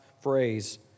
phrase